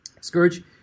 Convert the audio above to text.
scourge